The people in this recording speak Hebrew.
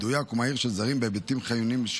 מדויק ומהיר של זרים בהיבטים חיוניים שונים,